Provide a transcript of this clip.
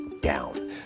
down